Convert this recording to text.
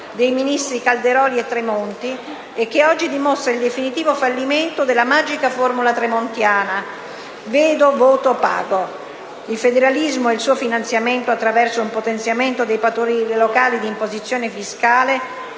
dei ministri Calderoli e Tremonti, e che oggi dimostra il definitivo fallimento della magica formula tremontiana: vedo, voto, pago. Il federalismo e il suo finanziamento attraverso un potenziamento dei poteri locali di imposizione fiscale